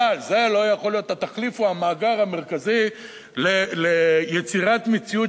אבל זה לא יכול להיות התחליף או המאגר המרכזי ליצירת מציאות